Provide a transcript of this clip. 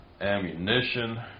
ammunition